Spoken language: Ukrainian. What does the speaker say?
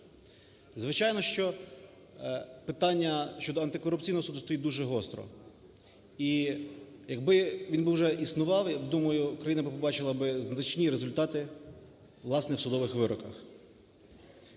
Звичайно, що питання щодо Антикорупційного суду стоїть дуже гостро, і якби він був, вже існував, я думаю, Україна би побачила би значні результати власне в судових вироках.